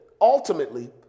ultimately